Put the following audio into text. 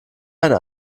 eine